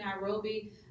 Nairobi